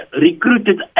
recruited